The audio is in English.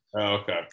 Okay